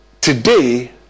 today